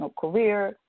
career